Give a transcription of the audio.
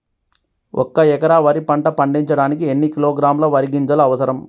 ఒక్క ఎకరా వరి పంట పండించడానికి ఎన్ని కిలోగ్రాముల వరి గింజలు అవసరం?